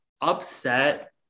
upset